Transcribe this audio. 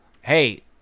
Hey